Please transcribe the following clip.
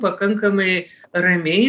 pakankamai ramiai